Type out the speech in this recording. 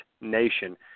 Nation